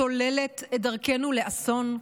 סוללת את דרכנו לאסון?